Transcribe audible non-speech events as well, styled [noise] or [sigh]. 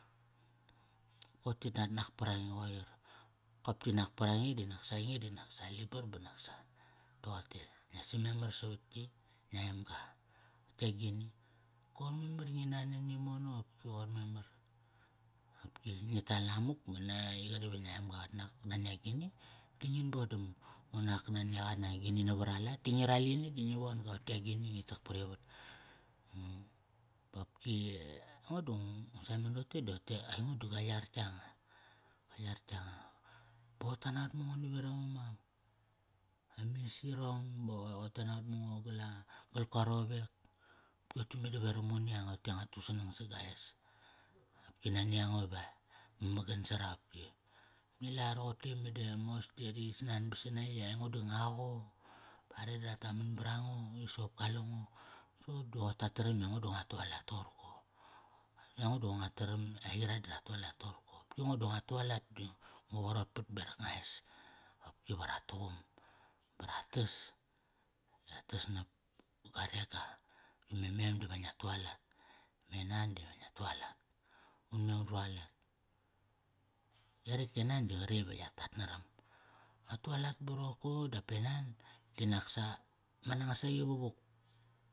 Koi ti nak, nak parange, qoir kop ti nak parange dinak sa nge di nak sa libar ba nak sa, toqote ngia sam memar savat tki, ngia emga. Te againi? Koir memar i ngi na nan imono opki qoir memar. Qopki ngi ta namuk ba na, qari va ngia emga qat nak pa nani agini? Di ngin bodam, unak nani aqa na agini nava ra lat, da ngi ral ini di ngi von ga. Tote agini, ngitak parivat. [hesitation] ba qopki ngo da ngu sameng dote di rote aingodi gua yar yanga. Gua yar yanga, ba qoi ta naqot ma ngo naveram ama, amis irong, ba qo, qoi ta naqot ma ngo gal ka rowek. Opki rote meda veram ngo ni yanga ote nga tu gu sanang sa ga es. Opki nani ango i va mamagan sa ra qopki. Ngi la rote meda mos ti ri sananbat sana i aingo di nga qo? Ba are di ra taman ba ra ngo, i soqop kale ngo. Soqop di qoi ta taram i ngo di nga tualat toqorko. Aingo di qoi nga taram aira di ra tualat toqorko. Qopki ngo di nga tualat di ngu qarotpat berak nga es, qopki va ra tuqum. Ba ra tas, di ra tas nap ga rega. I me mem diva ngia tualat, e nan diva ngia tualat. Un me undrualat. Yaretk e nan di qaretk ive ya tat naram. Nga tualat ba roqorko dap e nan di naksa ma nangasaqi va vuk.